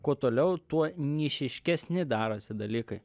kuo toliau tuo nišiškesni darosi dalykai